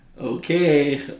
okay